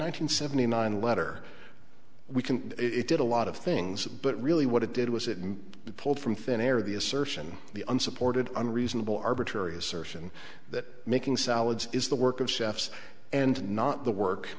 hundred seventy nine letter we can it did a lot of things but really what it did was it and pulled from thin air the assertion the unsupported unreasonable arbitrary assertion that making salads is the work of chefs and not the work